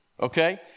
Okay